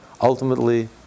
ultimately